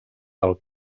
del